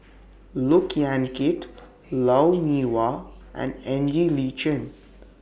Look Yan Kit Lou Mee Wah and Ng Li Chin